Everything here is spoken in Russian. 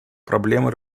проблемы